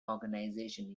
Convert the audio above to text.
organization